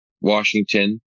Washington